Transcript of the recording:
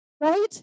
right